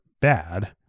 bad